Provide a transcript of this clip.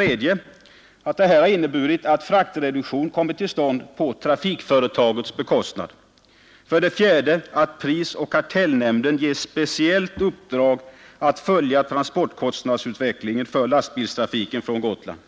Vidare kommer nu en fraktreduktion till stånd på trafikföretagens bekostnad, och slutligen ges prisoch kartellnämnden speciellt uppdrag att följa transportkostnadsutvecklingen för lastbilstrafiken från Gotland.